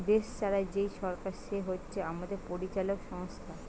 দেশ চালায় যেই সরকার সে হচ্ছে আমাদের পরিচালক সংস্থা